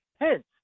Hence